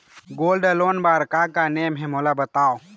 Gold loan बार का का नेम हे, मोला बताव?